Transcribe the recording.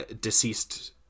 deceased